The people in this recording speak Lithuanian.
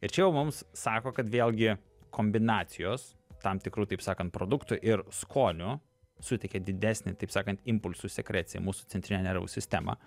ir čia jau mums sako kad vėlgi kombinacijos tam tikrų taip sakant produktų ir skonių suteikia didesnį taip sakant impulsų sekreciją į mūsų centrinę nervų sistemą